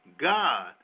God